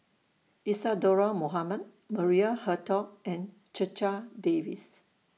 Isadhora Mohamed Maria Hertogh and Checha Davies